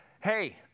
hey